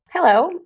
Hello